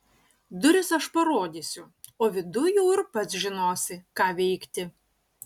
duris aš parodysiu o viduj jau ir pats žinosi ką veikti